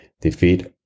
Defeat